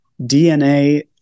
DNA